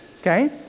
Okay